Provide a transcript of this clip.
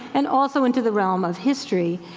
and also into the realm of history.